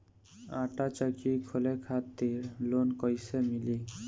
आटा चक्की खोले खातिर लोन कैसे मिली?